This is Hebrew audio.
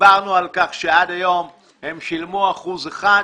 דיברנו על כך שעד היום הם שילמו אחוז אחד,